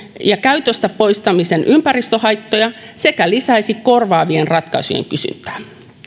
ja käytöstä poistamisen ympäristöhaittoja sekä lisäisi korvaavien ratkaisujen kysyntää